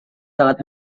sangat